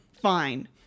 fine